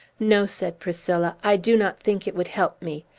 no, said priscilla, i do not think it would help me.